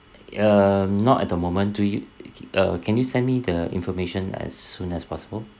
um not at the moment do you uh can you send me the information as soon as possible